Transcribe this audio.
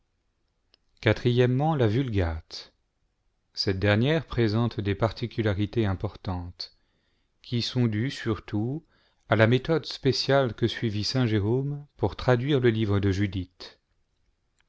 la vulgate cette dernière présente des particularités importantes qui sont dues surtout à la méthode spéciale que suivit saint jérôme pour traduire le livre de judith